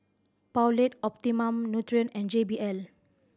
Poulet Optimum Nutrition and J B L